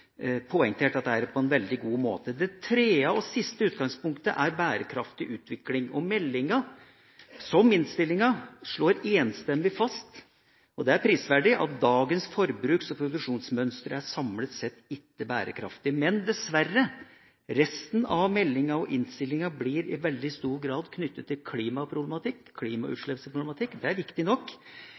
poengtert dette på en veldig god måte. Det tredje og siste utgangspunktet er bærekraftig utvikling, og meldinga, som innstillinga, slår enstemmig fast – og det er prisverdig: «Dagens forbruks- og produksjonsmønstre er samlet sett ikke bærekraftige.» Men dessverre: Resten av meldinga og innstillinga blir i veldig stor grad knyttet til klimautslippsproblematikk. Det er viktig nok,